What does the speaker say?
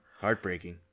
Heartbreaking